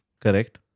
Correct